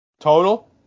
Total